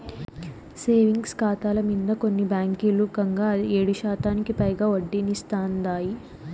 savings కాతాల మింద కూడా కొన్ని బాంకీలు కంగా ఏడుశాతానికి పైగా ఒడ్డనిస్తాందాయి